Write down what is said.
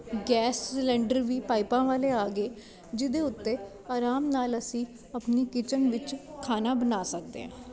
gas cylinder ਵੀ ਪਾਈਪਾਂ ਵਾਲੇ ਆ ਗਏ ਜਿਹਦੇ ਉੱਤੇ ਆਰਾਮ ਨਾਲ ਅਸੀਂ ਆਪਣੀ ਕਿਚਨ ਵਿੱਚ ਖਾਣਾ ਬਣਾ ਸਕਦੇ ਹਾਂ